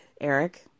Eric